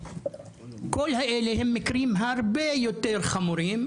כל אלה הם מקרים הרבה יותר חמורים,